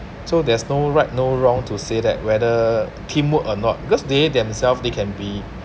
so there's no right no wrong to say that whether teamwork or not because they themselves they can be